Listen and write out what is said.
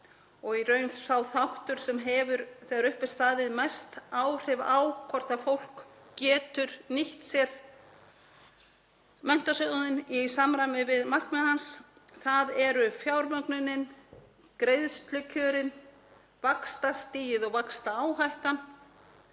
og í raun sá þáttur sem hefur þegar upp er staðið mest áhrif á hvort fólk getur nýtt sér Menntasjóðinn í samræmi við markmið hans, það eru fjármögnunin, greiðslukjörin, vaxtastigið og vaxtaáhættan.